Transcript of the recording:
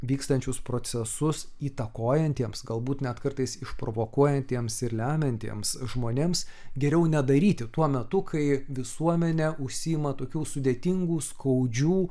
vykstančius procesus įtakojantiems galbūt net kartais išprovokuojantiems ir lemiantiems žmonėms geriau nedaryti tuo metu kai visuomenė užsiima tokių sudėtingų skaudžių